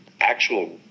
actual